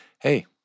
hey